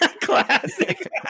classic